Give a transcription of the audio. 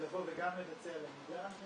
לבוא וגם לבצע למידה.